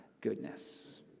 goodness